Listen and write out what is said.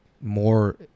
more